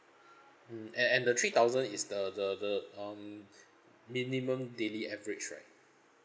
mm and and the three thousand is the the the um minimum daily average right